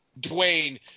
Dwayne